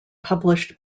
published